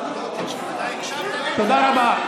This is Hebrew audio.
אתה הקשבת, תודה רבה.